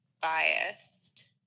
biased